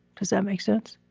does that make sense?